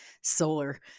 solar